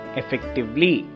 effectively